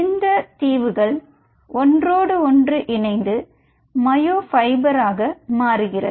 இந்தத் தீவுகள் ஒன்றோடு ஒன்று இணைந்து மையோ பைபராக மாறுகிறது